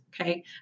Okay